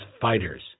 fighters